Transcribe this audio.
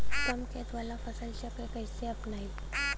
कम खेत वाला फसल चक्र कइसे अपनाइल?